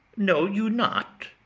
know you not?